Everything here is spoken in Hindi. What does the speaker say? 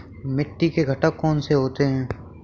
मिट्टी के घटक कौन से होते हैं?